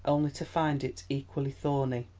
only to find it equally thorny.